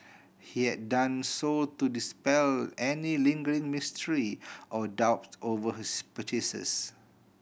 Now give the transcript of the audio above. he had done so to dispel any lingering mystery or doubt over his purchases